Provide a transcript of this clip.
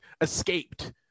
escaped